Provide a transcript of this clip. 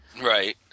Right